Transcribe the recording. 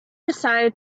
decided